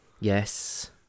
Yes